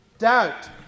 Doubt